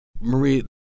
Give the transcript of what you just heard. Marie